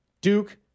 Duke